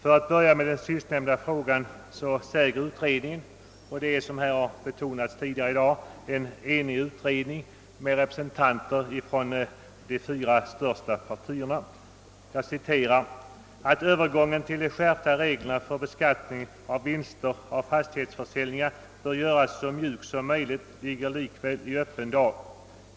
Beträffande de sistnämnda säger en enig utredning med representanter från de fyra största partierna följande: »Att övergången till de skärpta reglerna för beskattning av vinster av fastighetsförsäljningar bör göras så mjuk som möjligt ligger likväl i öppen dag.